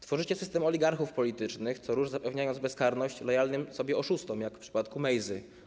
Tworzycie system oligarchów politycznych, co rusz zapewniając bezkarność lojalnym oszustom, jak w przypadku Mejzy.